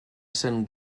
sant